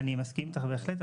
אני מסכים איתך בהחלט.